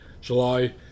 july